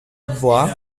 voit